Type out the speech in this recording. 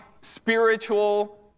spiritual